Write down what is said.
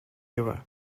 era